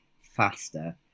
faster